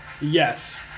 Yes